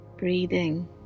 Breathing